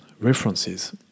References